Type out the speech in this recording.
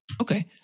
Okay